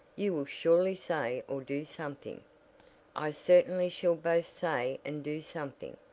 you will surely say or do something i certainly shall both say and do something.